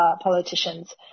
politicians